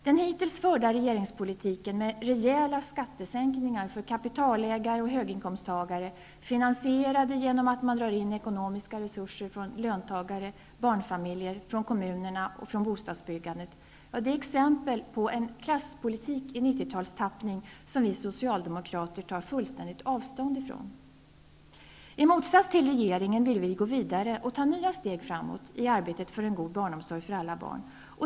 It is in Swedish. Den hittills förda regeringspolitiken med rejäla skattesänkningar för kapitalägare och höginkomsttagare finansierade genom att man drar in ekonomiska resurser från löntagare och barnfamiljer samt från kommunerna och bostadsbyggandet är exempel på en klasspolitik i 90-talstappning som vi socialdemokrater helt tar avstånd från. I motsats till regeringen vill vi gå vidare och ta nya steg framåt i arbetet för en god barnomsorg för alla barn.